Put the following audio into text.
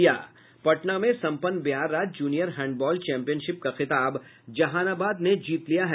से कार्य कर रहा ह पटना में सम्पन्न बिहार राज्य जूनियर हैंडबॉल चैम्पियनशिप का खिताब जहानाबाद ने जीत लिया है